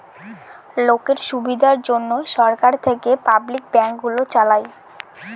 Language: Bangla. লোকের সুবিধার জন্যে সরকার থেকে পাবলিক ব্যাঙ্ক গুলো চালায়